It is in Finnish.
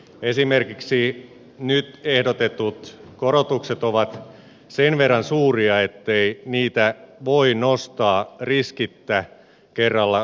esimerkiksi nyt ehdotetut korotukset ovat sen verran suuria ettei niitä voi nostaa riskittä kerralla ehdotettua enempää